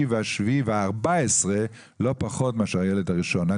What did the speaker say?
והשביעי וה-14 לא פחות מאשר הילד הראשון.